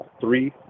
three